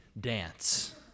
dance